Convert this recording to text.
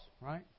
right